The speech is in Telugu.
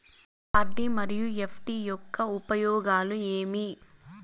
ఆర్.డి మరియు ఎఫ్.డి యొక్క ఉపయోగాలు ఏమి?